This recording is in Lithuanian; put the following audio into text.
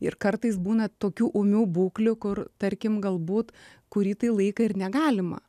ir kartais būna tokių ūmių būklių kur tarkim galbūt kurį tai laiką ir negalima